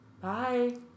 bye